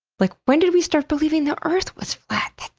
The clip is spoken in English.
like when did we start believing the earth was flat?